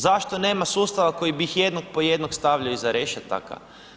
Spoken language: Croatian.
Zašto nema sustava koji bih jednog po jednog stavljao iza rešetaka?